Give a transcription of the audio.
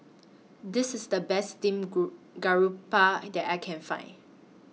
This IS The Best Steamed group Garoupa that I Can Find